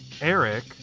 eric